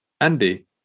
Andy